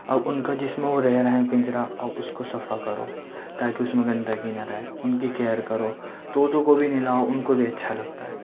اب اُن کا جس میں وہ رہ رہے ہیں پِنجرا اب اُس کو صفح کرو تاکہ اُس میں گندگی نا رہے اُن کی کیئر کرو طوطوں کو بھی نہلاؤ اُن کو بھی اچھا لگتا ہے